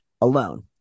alone